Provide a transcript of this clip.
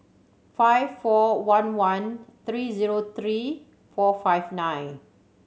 five four one one three zero three four five nine